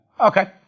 Okay